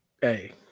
hey